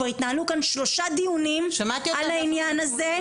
כבר התנהלו כאן שלושה דיונים על העניין הזה,